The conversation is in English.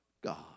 God